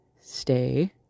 stay